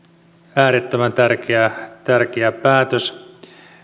äärettömän tärkeä tärkeä päätös